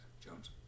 Jones